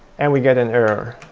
and we get an error.